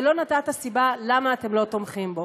ולא נתת סיבה למה אתם לא תומכים בו.